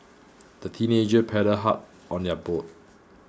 the teenagers paddled hard on their boat